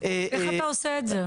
איך אתה עושה את זה?